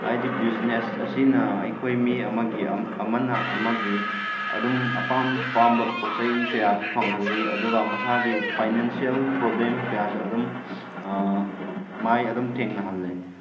ꯍꯥꯏꯗꯤ ꯕꯤꯖꯤꯅꯦꯁ ꯑꯁꯤꯅ ꯑꯩꯈꯣꯏ ꯃꯤ ꯑꯃꯒꯤ ꯑꯃꯅ ꯑꯃꯒꯤ ꯑꯗꯨꯝ ꯑꯄꯥꯝ ꯑꯄꯥꯝꯕ ꯄꯣꯠ ꯆꯩ ꯀꯌꯥꯁꯨ ꯐꯪꯍꯜꯂꯤ ꯑꯗꯨꯒ ꯃꯁꯥꯒꯤ ꯐꯤꯅꯥꯟꯁꯤꯌꯦꯜ ꯄ꯭ꯔꯣꯕ꯭ꯂꯦꯝ ꯀꯌꯥꯁꯨ ꯑꯗꯨꯝ ꯃꯥꯏ ꯑꯗꯨꯝ ꯊꯦꯡꯅꯍꯜꯂꯦ